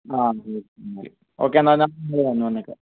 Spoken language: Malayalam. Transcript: ആ മതിയാക്കി ഓക്കെ എന്നാൽ ഞാൻ അങ്ങ് വന്നേക്കാം